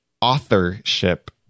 authorship